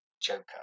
Joker